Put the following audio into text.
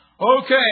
Okay